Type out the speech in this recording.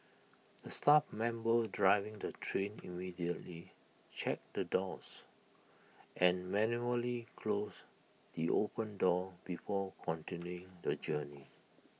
the staff member driving the train immediately checked the doors and manually closed the open door before continuing the journey